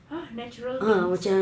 !huh! natural things